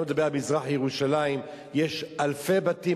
אני לא מדבר על מזרח-ירושלים, יש אלפי בתים